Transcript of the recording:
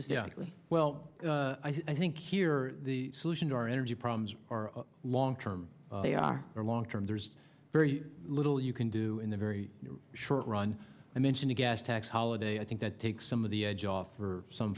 specifically well i think here the solution to our energy problems are long term they are a long term there's very little you can do in the very short run i mentioned a gas tax holiday i think that takes some of the edge off for some